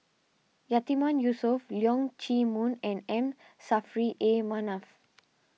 Yatiman Yusof Leong Chee Mun and M Saffri A Manaf